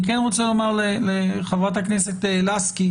אני כן רוצה לומר לחברת הכנסת לסקי,